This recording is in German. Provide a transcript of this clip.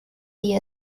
wie